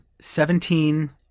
seventeen